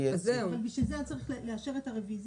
בשביל זה צריך לאשר את הריוויזיה,